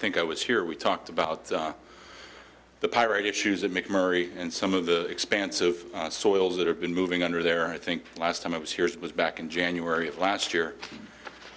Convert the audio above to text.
think i was here we talked about the pirate issues that make murray and some of the expansive soils that have been moving under there i think the last time i was here it was back in january of last year